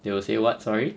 they will say what sorry